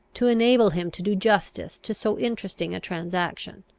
to enable him to do justice to so interesting a transaction.